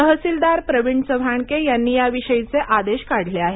तहसीलदार प्रवीण चव्हाणके यांनी या विषयीचे आदेश काढले आहे